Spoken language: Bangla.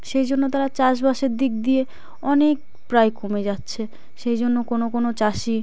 সেই জন্য তারা চাষবাসের দিক দিয়ে অনেক প্রায় কমে যাচ্ছে সেই জন্য কোনো কোনো চাষি